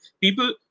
people